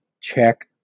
Check